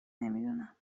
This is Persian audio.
نمیدونم